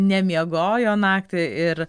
nemiegojo naktį ir